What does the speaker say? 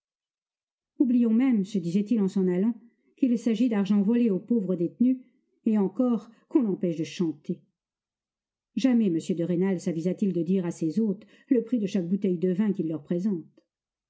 oublions même se disait-il en s'en allant qu'il s'agit d'argent volé aux pauvres détenus et encore qu'on empêche de chanter jamais m de rênal savisa t il de dire à ses hôtes le prix de chaque bouteille de vin qu'il leur présente